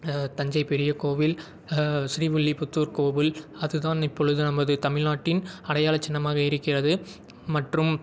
தஞ்சை பெரிய கோவில் ஸ்ரீவில்லிப்புத்துர் கோவில் அதுதான் இப்பொழுது நமது தமிழ்நாட்டின் அடையாள சின்னமாக இருக்கிறது மற்றும்